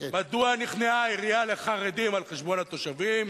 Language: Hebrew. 1. מדוע נכנעה העירייה לחרדים על חשבון התושבים?